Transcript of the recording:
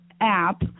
app